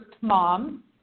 mom